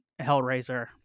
Hellraiser